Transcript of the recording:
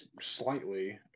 slightly